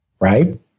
right